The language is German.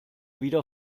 wieder